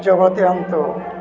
ଯୋଗ ଦିଅନ୍ତୁ